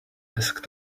desk